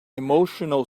emotional